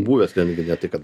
buvęs ten tai kad